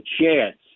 chance